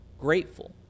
grateful